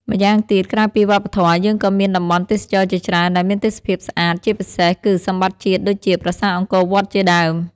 ម្យ៉ាងទៀតក្រៅពីវប្បធម៌ យើងក៏មានតំបន់ទេសចរណ៍ជាច្រើនដែលមានទេសភាពស្អាត ជាពិសេសគឺសម្បត្តិជាតិដូចជាប្រាសាទអង្គរវត្តជាដើម។